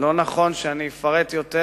שלא נכון שאני אפרט יותר.